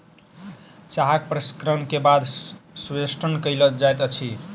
चाहक प्रसंस्करण के बाद संवेष्टन कयल जाइत अछि